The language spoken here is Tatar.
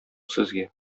сезгә